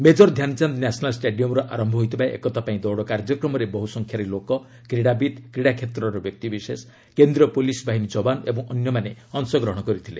major Dhyanchand national ଷ୍ଟାଡିୟମରୁ ଆରମ୍ଭ ହୋଇଥିବା ଏକତା ପାଇଁ ଦୌଡ଼ କାର୍ଯ୍ୟକ୍ରମରେ ବହୁସଂଖ୍ୟାରେ ଲୋକ କ୍ରୀଡ଼ାବିତ୍ କ୍ରୀଡ଼ାକ୍ଷେତ୍ରର ବ୍ୟକ୍ତିବିଶେଷ କେନ୍ଦ୍ରୀୟ ପୁଲିସ ବାହିନୀ ଜବାନ ଏବଂ ଅନ୍ୟମାନେ ଅଂଶଗ୍ରହଣ କରିଥିଲେ